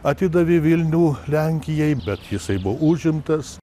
atidavė vilnių lenkijai bet jisai bo užimtas